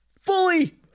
fully